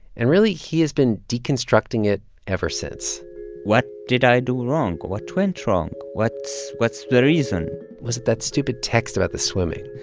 and really, he has been deconstructing it ever since what did i do wrong? what went wrong? what's what's the reason? was it that stupid text about the swimming?